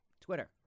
Twitter